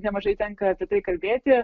nemažai tenka apie tai kalbėti